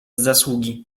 zasługi